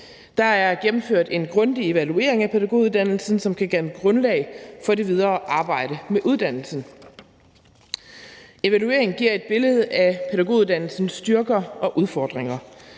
Der er gennemført en grundig evaluering af pædagoguddannelsen, som kan danne grundlag for det videre arbejde med uddannelsen. Evalueringen giver et billede af pædagoguddannelsens styrker og udfordringer.